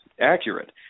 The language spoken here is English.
accurate